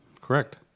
Correct